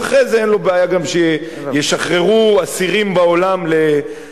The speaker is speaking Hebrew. ואחרי זה אין לו בעיה גם שישחררו אסירים בעולם להלוויות.